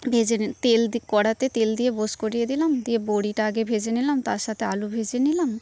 ভেজে তেল কড়াতে তেল দিয়ে বস করিয়ে দিলাম দিয়ে বড়িটা আগে ভেজে নিলাম তার সাথে আলু ভেজে নিলাম